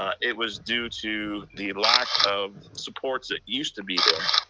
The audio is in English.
ah it was due to the lack of supports that used to be there.